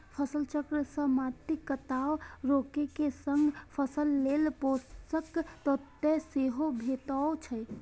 फसल चक्र सं माटिक कटाव रोके के संग फसल लेल पोषक तत्व सेहो भेटै छै